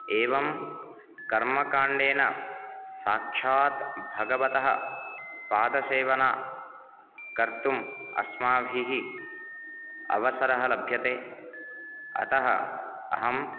एवं कर्मकाण्डेन साक्षात् भगवतः पादसेवना कर्तुं अस्माभिः अवसरः लभ्यते अतः अहम्